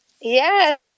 Yes